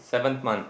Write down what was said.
seventh month